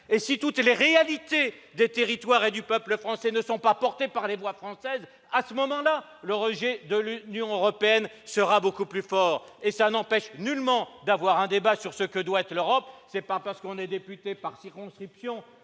! Si toutes les réalités du territoire et du peuple français ne sont pas portées par les voix françaises, alors le rejet de l'Union européenne sera beaucoup plus fort. Cela ne nous empêche nullement d'avoir un débat sur ce que doit être l'Europe. Ce n'est pas parce qu'on est élu député dans une circonscription